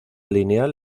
lineal